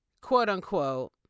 Quote-unquote